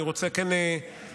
אני רוצה כן להגיד,